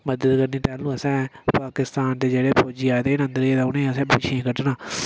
मदद करनी तैह्लूं असें पाकिस्तान दे जेह्ड़े फौजी आए दे हे ना ते उ'नें ई असें पिच्छें ई कड्ढना